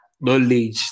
knowledge